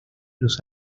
los